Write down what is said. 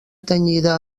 tenyida